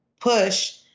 push